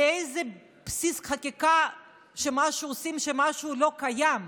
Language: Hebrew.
על איזה בסיס חקיקה נשענים כשמשהו לא קיים.